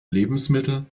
lebensmittel